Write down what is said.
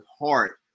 heart